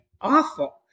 awful